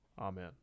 Amen